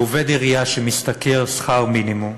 שהוא עובד עירייה שמשתכר שכר מינימום,